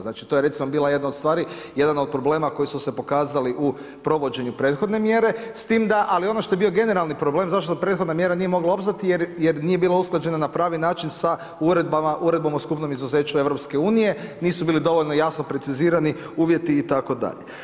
Znači to je recimo bila jedna od stvari, jedan od problema koji su se pokazali u provođenju prethodne mjere s tim da, ali ono što je bio generalni problem zato što prethodna mjera nije mogla opstati jer nije bila usklađena na pravi način sa Uredbom o skupnom izuzeću EU, nisu bili dovoljno jasno precizirani uvjeti itd.